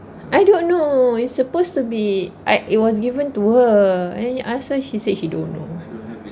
I don't know it's supposed to be I it was given to her and I ask her she say she don't know